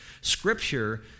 Scripture